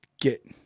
get